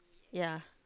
ya